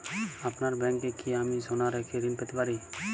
আপনার ব্যাংকে কি আমি সোনা রেখে ঋণ পেতে পারি?